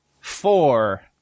Four